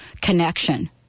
connection